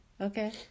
Okay